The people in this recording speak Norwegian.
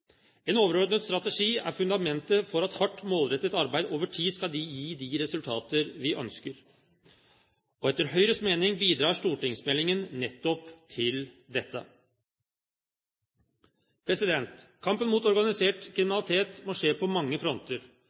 En overordnet strategi er fundamentet for at hardt, målrettet arbeid over tid skal gi de resultater vi ønsker. Etter Høyres mening bidrar stortingsmeldingen nettopp til dette. Kampen mot organisert kriminalitet må skje på mange fronter.